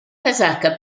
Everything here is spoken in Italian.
casacca